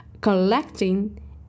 Collecting